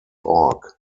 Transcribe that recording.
org